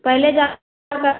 पहले जानकार